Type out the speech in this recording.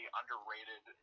underrated